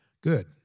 good